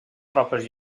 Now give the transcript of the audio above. tropes